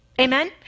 Amen